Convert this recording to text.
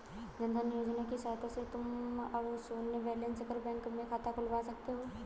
जन धन योजना की सहायता से तुम अब शून्य बैलेंस पर बैंक में खाता खुलवा सकते हो